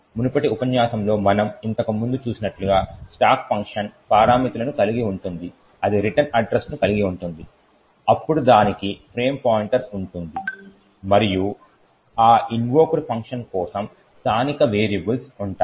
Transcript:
మునుపటి ఉపన్యాసంలో మనం ఇంతకుముందు చూసినట్లుగా స్టాక్ ఫంక్షన్ పారామితులను కలిగి ఉంటుంది అది రిటర్న్ అడ్రస్ను కలిగి ఉంటుంది అప్పుడు దానికి ఫ్రేమ్ పాయింటర్ ఉంటుంది మరియు ఆ ఇన్వోక్డ్ ఫంక్షన్ కోసం స్థానిక వేరియబుల్స్ ఉంటాయి